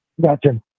gotcha